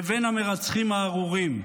לבין המרצחים הארורים.